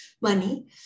money